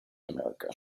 america